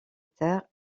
terres